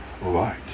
right